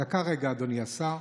דקה רגע, אדוני השר.